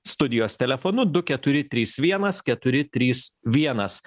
studijos telefonu du keturi trys vienas keturi trys vienas